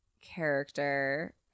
character